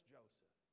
Joseph